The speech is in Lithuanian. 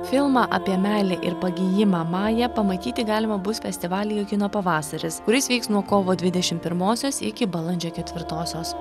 filmą apie meilę ir pagijimą mają pamatyti galima bus festivalyje kino pavasaris kuris vyks nuo kovo dvidešimtpirmosios iki balandžio ketvirtosios